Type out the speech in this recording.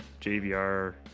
JVR